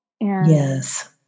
Yes